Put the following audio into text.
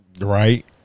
Right